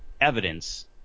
Evidence